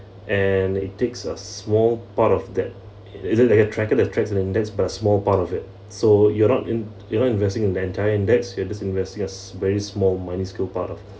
and it takes a small part of that it isn't like a tracker that tracks the index but a small part of it so you're not in~ you're not investing in the entire index you're just investing a very small minuscule part of